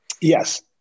Yes